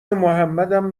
محمدم